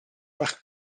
bach